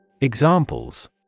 Examples